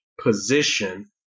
position